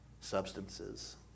substances